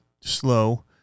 slow